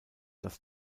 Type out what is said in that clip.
das